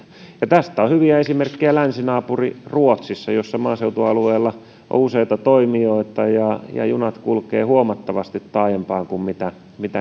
tästä on hyviä esimerkkejä länsinaapuri ruotsissa jossa maaseutualueilla on useita toimijoita ja ja junat kulkevat huomattavasti taajempaan kuin